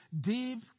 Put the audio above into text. deep